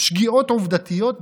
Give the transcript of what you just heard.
שגיאות עובדתיות,